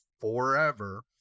forever